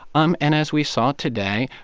um and as we saw today,